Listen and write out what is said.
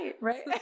right